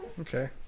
Okay